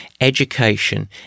education